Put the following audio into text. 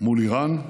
מול איראן,